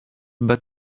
bad